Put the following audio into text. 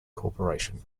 corporation